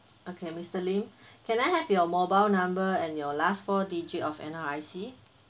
okay mister lim can I have your mobile number and your last four digit of N_R_I_C